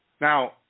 Now